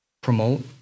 Promote